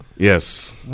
yes